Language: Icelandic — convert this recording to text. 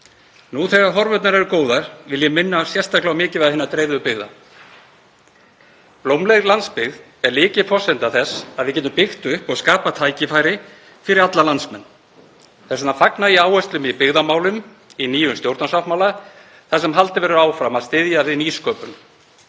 Nú þegar horfur eru góðar vil ég minna sérstaklega á mikilvægi hinna dreifðu byggða. Blómleg landsbyggð er lykilforsenda þess að við getum byggt upp og skapað tækifæri fyrir alla landsmenn. Ég fagna því áherslum í byggðamálum í nýjum stjórnarsáttmála þar sem haldið verður áfram að styðja við nýsköpun,